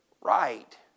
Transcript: right